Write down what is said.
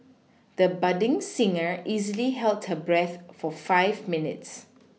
the budding singer easily held her breath for five minutes